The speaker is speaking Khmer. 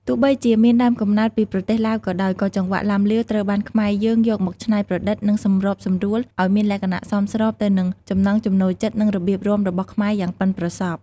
ទោះបីជាមានដើមកំណើតពីប្រទេសឡាវក៏ដោយ ក៏ចង្វាក់ឡាំលាវត្រូវបានខ្មែរយើងយកមកច្នៃប្រឌិត និងសម្របសម្រួលឲ្យមានលក្ខណៈសមស្របទៅនឹងចំណង់ចំណូលចិត្ត និងរបៀបរាំរបស់ខ្មែរយ៉ាងប៉ិនប្រសប់។